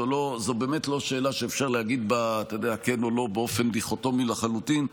זו באמת לא שאלה שאפשר להגיד בה כן או לא באופן דיכוטומי לחלוטין.